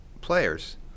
players